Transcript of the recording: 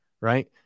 right